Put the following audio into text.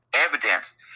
evidence